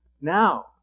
now